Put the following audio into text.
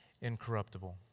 incorruptible